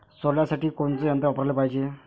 सोल्यासाठी कोनचं यंत्र वापराले पायजे?